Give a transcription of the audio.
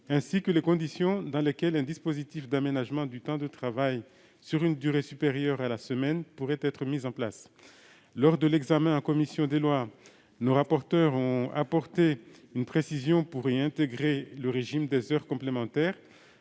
ainsi que les conditions dans lesquelles un dispositif d'aménagement du temps de travail, sur une durée supérieure à la semaine, pourrait être mis en place. Lors de l'examen du projet de loi en commission, nos rapporteurs ont apporté une précision pour intégrer le régime des heures complémentaires